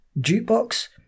Jukebox